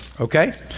okay